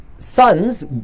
Sons